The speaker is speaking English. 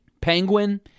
Penguin